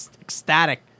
ecstatic